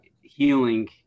healing